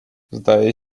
zdaje